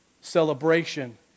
celebration